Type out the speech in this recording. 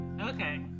Okay